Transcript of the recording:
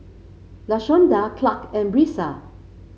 Lashonda Clarke and Brisa